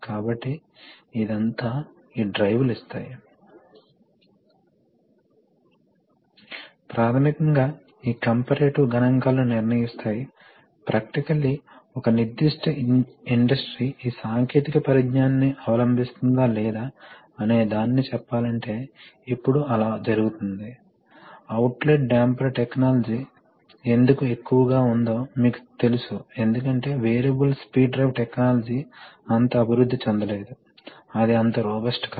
అదేవిధంగా ఇది two position five port four way valve కాబట్టి ఐదు పోర్టులు ఎందుకంటే ఒకటి రెండు మూడు నాలుగు ఐదు పోర్టు మరియు రెండు పోసిషన్ ఎందుకంటే ఇది ఒక పోసిషన్ మరియు ఇది మరొక పోసిషన్ కాబట్టి ఏమి జరుగుతుందంటే కొన్నిసార్లు ఈ పిస్టన్లు లోడ్ను కదిపేటప్పుడు మీకు హై ప్రెషర్ ఆపరేషన్ అవసరమవుతుందని మీకు తెలుసు ఎందుకంటే చాలా ఫోర్స్ ని సృష్టించాలి మరియు అది తిరిగి వచ్చేటప్పుడు ఇది లో ప్రెషర్ ఆపరేషన్